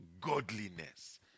godliness